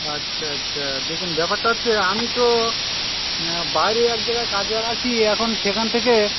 আচ্ছা আচ্ছা দেখুন ব্যাপারটা হচ্ছে আমি তো বাইরে এক জায়গায় কাজে আছি এখন সেখান থেকে